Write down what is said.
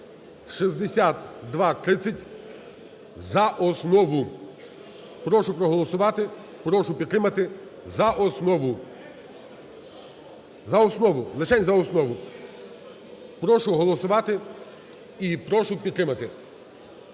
6230) за основу. Прошу проголосувати, прошу підтримати. За основу. За основу, лишень за основу. Прошу голосувати і прошу підтримати.